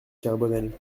carbonel